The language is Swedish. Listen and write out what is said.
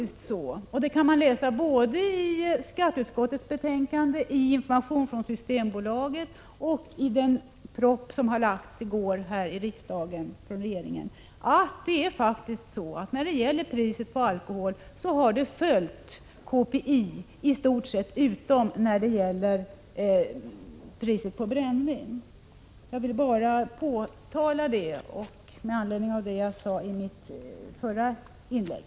Som man kan läsa både i skatteutskottets betänkande, information från Systembolaget och den proposition som lades fram i går, har priset på alkohol i stort sett följt konsumentprisindex, utom när det gäller priset på brännvin. Jag vill bara påtala detta, med anledning av det jag sade i mitt förra inlägg.